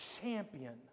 champion